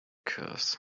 curse